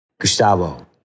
Gustavo